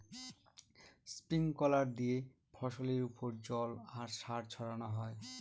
sprinkler দিয়ে ফসলের ওপর জল আর সার ছড়ানো হয়